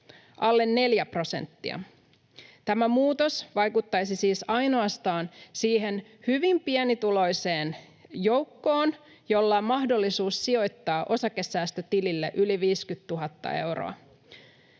neljä prosenttia. Tämä muutos vaikuttaisi siis ainoastaan siihen hyvin pienilukuiseen joukkoon, jolla on mahdollisuus sijoittaa osakesäästötilille yli 50 000 euroa.